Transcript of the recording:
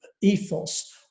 ethos